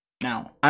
now